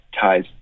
ties